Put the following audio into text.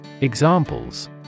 Examples